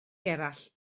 gerallt